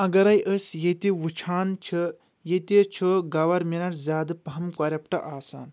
اگرے أسۍ ییٚتہِ وٕچھان چھِ ییٚتہِ چھُ گورمیٚنٹ زیادٕ پہم کۄرپٹ آسان